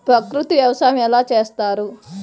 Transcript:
ప్రకృతి వ్యవసాయం ఎలా చేస్తారు?